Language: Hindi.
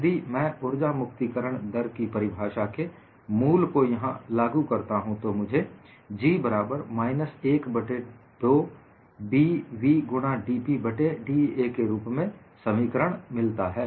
यदि मैं ऊर्जा मुक्तिकरण दर की परिभाषा के मूल को यहां लागू करता हूं तो मुझे G बराबर माइनस 1 बट्टे 2B v गुणा dP बट्टे da के रूप में समीकरण मिलता है